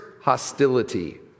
hostility